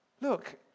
Look